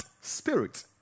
spirit